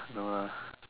no ah